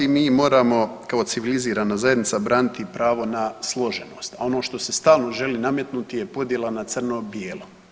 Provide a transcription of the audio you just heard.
Mi moramo kao civilizirana zajednica braniti pravo na složenost, a ono što se stalno želi nametnuti je podjela na crno bijelo.